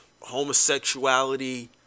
homosexuality